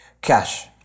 cash